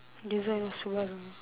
design of Subaru